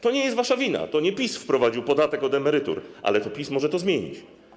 To nie jest wasza wina, to nie PiS wprowadził podatek od emerytur, ale PiS może to zmienić.